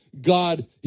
God